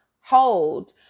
hold